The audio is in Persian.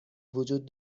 وجود